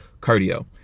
cardio